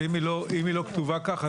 ואם היא לא כתובה כך,